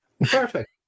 Perfect